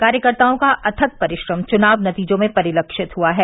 कार्यकर्ताओं का अथक परिश्रम चुनाव नतीजों में परिलक्षित हुआ है